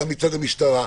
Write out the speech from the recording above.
גם מצד המשטרה,